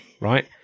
Right